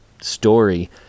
story